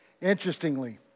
Interestingly